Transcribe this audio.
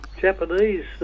Japanese